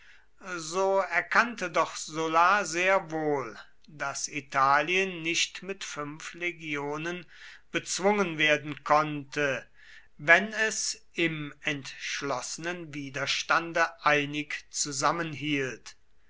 so erkannte doch sulla sehr wohl daß italien nicht mit fünf legionen bezwungen werden konnte wenn es im entschlossenen widerstande einig zusammenhielt